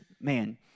man